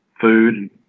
food